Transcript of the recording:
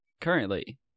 Currently